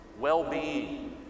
well-being